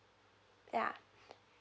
yeah